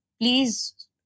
Please